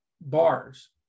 bars